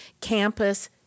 campus